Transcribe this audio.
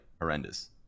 horrendous